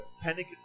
panic